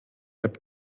app